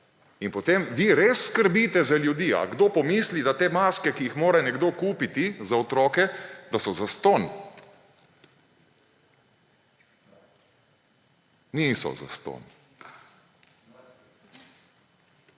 In potem vi res skrbite za ljudi?! A kdo pomisli, da te maske, ki jih mora nekdo kupiti, za otroke, so zastonj? Niso zastonj.